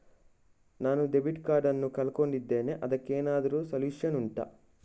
ನಾನು ನನ್ನ debit card ನ್ನು ಕಳ್ಕೊಂಡಿದ್ದೇನೆ ಅದಕ್ಕೇನಾದ್ರೂ ಸೊಲ್ಯೂಷನ್ ಉಂಟಾ